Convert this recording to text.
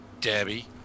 Debbie